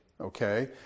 Okay